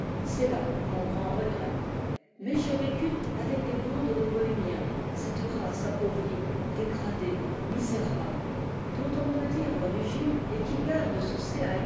c'est là mon grand regret mais j'ai vécu avec des bandes de bohémiens cette race appauvrie dégradée misérable dont on ne peut dire l'origine et qui garde sous ses